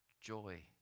joy